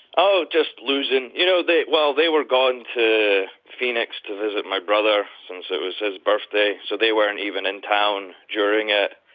oh, just losing, you know, they well, they were going to phoenix to visit my brother since it was his birthday. so they weren't even in town during it.